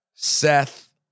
Seth